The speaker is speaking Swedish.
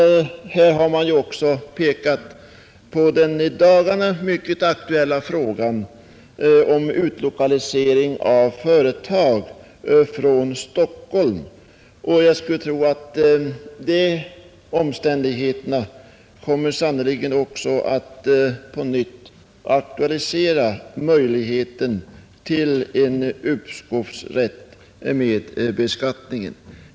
Det har också nyss pekats på den i dagarna mycket aktuella frågan om utlokalisering av statliga verk från Stockholm. Jag skulle tro att även denna utveckling ytterligare kommer att aktualisera spörsmålet om rätt till uppskov med realisationsvinstbeskattning.